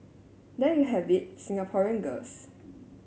there you have it Singaporean girls